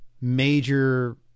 major